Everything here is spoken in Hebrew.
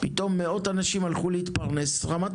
פתאום מאות אנשים הלכו להתפרנס ורמת